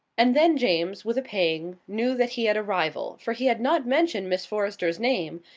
and then james, with a pang, knew that he had a rival, for he had not mentioned miss forrester's name,